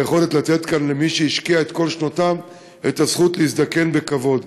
ביכולת לתת כאן למי שהשקיע את כל שנותיו את הזכות להזדקן בכבוד.